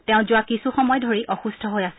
তেওঁ যোৱা কিছু সময় ধৰি অসুস্থ হৈ আছিল